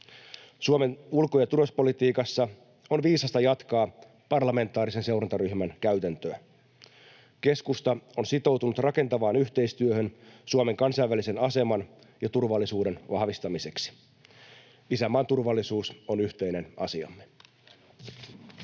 Suomen ulko- ja turvallisuuspolitiikassa on viisasta jatkaa parlamentaarisen seurantaryhmän käytäntöä. Keskusta on sitoutunut rakentavaan yhteistyöhön Suomen kansainvälisen aseman ja turvallisuuden vahvistamiseksi. Isänmaan turvallisuus on yhteinen asiamme.